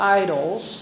idols